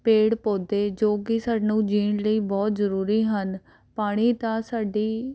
ਪੇੜ ਪੋਦੇ ਜੋ ਕਿ ਸਾਨੂੰ ਜਿਊਣ ਲਈ ਬਹੁਤ ਜ਼ਰੂਰੀ ਹਨ ਪਾਣੀ ਤਾਂ ਸਾਡੀ